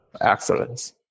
excellence